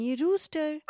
rooster